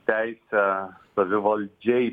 teisę savivaldžiai